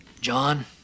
John